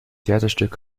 theaterstück